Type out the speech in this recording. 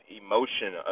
emotion